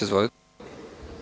Izvolite.